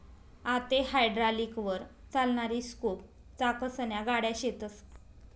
आते हायड्रालिकलवर चालणारी स्कूप चाकसन्या गाड्या शेतस